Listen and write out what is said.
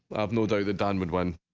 i've know though that dunwood when